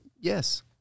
yes